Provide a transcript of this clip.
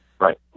Right